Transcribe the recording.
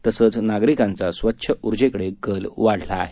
तसंच नागरिकांचा स्वच्छ उर्जेकडे कल वाढला आहे